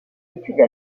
études